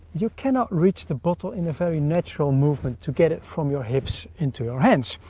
you cannot reach the bottle in a very natural movement to get it from your hips into your hands.